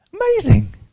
Amazing